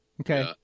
Okay